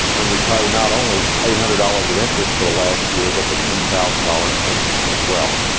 when we pay not only eight hundred dollars of interest for the last year, but the ten thousand dollars principle as well.